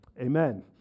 Amen